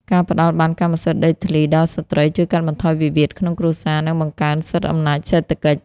ការផ្ដល់ប័ណ្ណកម្មសិទ្ធិដីធ្លីដល់ស្រ្តី ជួយកាត់បន្ថយវិវាទក្នុងគ្រួសារ និងបង្កើនសិទ្ធិអំណាចសេដ្ឋកិច្ច។